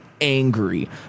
angry